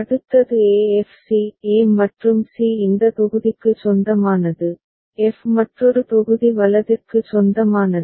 அடுத்தது e f c e மற்றும் c இந்த தொகுதிக்கு சொந்தமானது f மற்றொரு தொகுதி வலதிற்கு சொந்தமானது